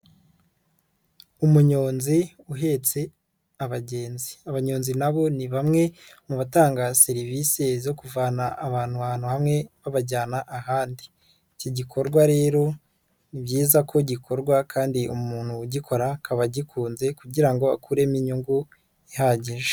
Umunyonzi uhetse abagenzi, abanyonzi na bo ni bamwe mu batanga serivisi zo kuvana abantu ahantu hamwe babajyana ahandi, iki gikorwa rero ni byiza ko gikorwa kandi umuntu ugikora akaba agikunze kugira ngo akuremo inyungu ihagije.